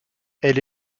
elle